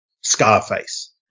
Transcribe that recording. scarface